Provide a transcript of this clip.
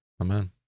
Amen